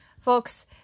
Folks